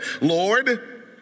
Lord